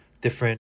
different